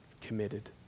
committed